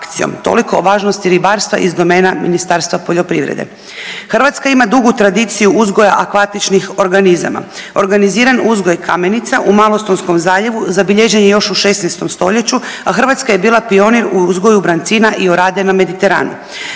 Hrvatska ima dugu tradiciju uzgoja akvatičnih organizama. Organiziran uzgoj kamenica u Malostonskom zaljevu zabilježen je još u 16. st., a Hrvatska je bila pionir u uzgoju branicna i orade na Mediteranu.